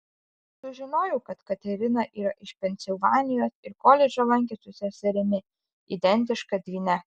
sužinojau kad katerina yra iš pensilvanijos ir koledžą lankė su seserimi identiška dvyne